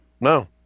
No